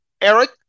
Eric